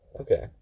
Okay